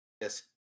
Yes